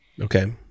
Okay